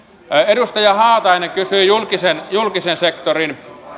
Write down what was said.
edustaja haatainen kysyi julkisesta sektorista